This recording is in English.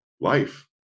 life